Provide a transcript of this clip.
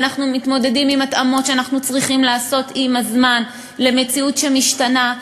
ואנחנו מתמודדים עם התאמות שאנחנו צריכים לעשות עם הזמן למציאות שמשתנה.